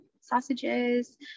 sausages